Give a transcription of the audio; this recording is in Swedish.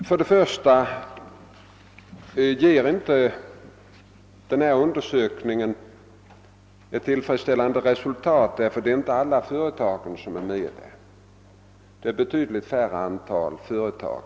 För det första finner vi att undersökningen inte ger ett tillfredsställande resultat på grund av att inte samtliga företag är medtagna — det är fråga om ett betydligt mindre antal företag.